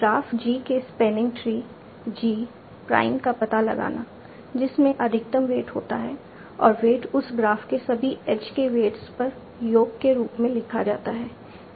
graph G के spanning tree G prime का पता लगाना जिसमें अधिकतम वेट होता है और वेट उस ग्राफ के सभी एज के वेट्स पर योग के रूप में लिखा जाता है